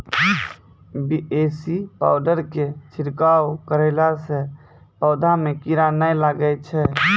BAC powder के छिड़काव करला से पौधा मे कीड़ा नैय लागै छै?